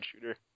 shooter